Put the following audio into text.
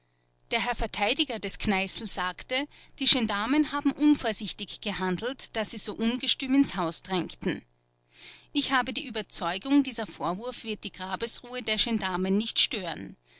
der herr verteidiger des kneißl sagte die gendarmen haben unvorsichtig gehandelt daß sie so ungestüm ins haus drängten ich habe die überzeugung dieser vorwurf wird die grabesruhe der gendarmen nicht stören